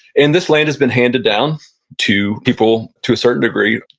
and this land has been handed down to people to a certain degree.